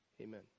Amen